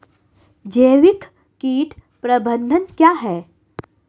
जैविक कीट प्रबंधन क्या है?